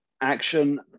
action